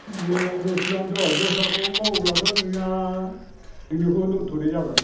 ए दसेल'वानोथ' दस्राखौ मावोब्लाथ' जोंहा नोंनिखौ दोनथ'नाय जागोन